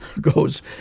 goes